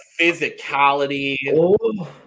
physicality